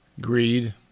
greed